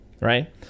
right